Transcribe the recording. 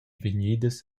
vegnidas